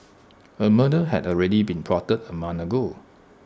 A murder had already been plotted A month ago